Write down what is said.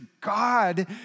God